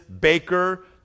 Baker